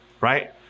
right